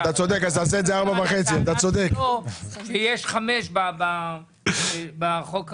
אני מדבר על זה שיש 5 מיליון בחוק הקודם.